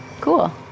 Cool